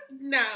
No